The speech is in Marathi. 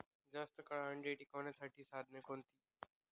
जास्त काळ अंडी टिकवण्यासाठी साधने कोणती?